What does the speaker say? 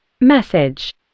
Message